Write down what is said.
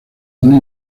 una